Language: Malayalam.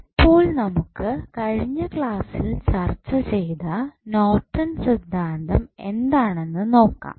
ഇപ്പോൾ നമുക്ക് കഴിഞ്ഞ ക്ലാസ്സിൽ ചർച്ച ചെയ്ത നോർട്ടൺ സിദ്ധാന്തം എന്താണെന്ന് നോക്കാം